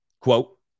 quote